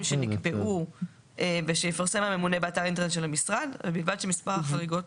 שנקבעו ויפרסם הממונה באתר האינטרנט של המשרד ובלבד שמספר החריגות